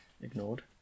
Ignored